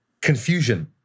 confusion